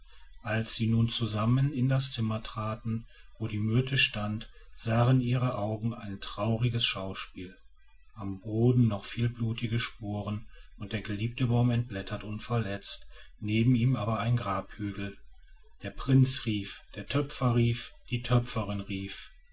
als sie nun zusammen in das zimmer traten wo die myrte stand sahen ihre augen ein trauriges schauspiel am boden noch viele blutige spuren und der geliebte baum entblättert und verletzt neben ihm aber ein grabhügel der prinz rief der töpfer rief die töpferin rief